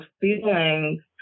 feelings